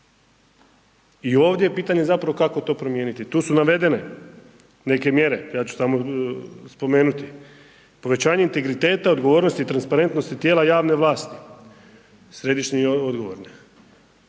I ovdje je pitanje zapravo kako to promijeniti, tu su navedene neke mjere, ja ću samo spomenuti. Povećanje integriteta, odgovornosti i transparentnosti tijela javne vlasti, središnje i odgovorne.